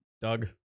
Doug